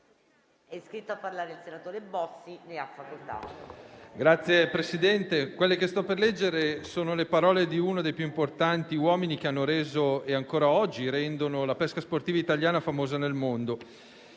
Signor Presidente, quelle che sto per leggere sono le parole di uno dei più importanti uomini che hanno reso e ancora oggi rendono la pesca sportiva italiana famosa nel mondo,